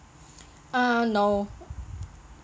err no